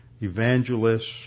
Evangelists